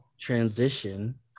transition